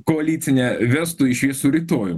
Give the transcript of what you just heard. koalicinę vestų į šviesų rytojų